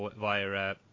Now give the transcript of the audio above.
via